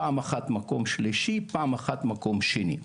פעם אחת מקום שלישי ופעם אחת מקום שני.